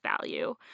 value